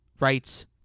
rights